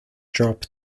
drop